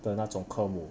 的那种课目